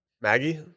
Maggie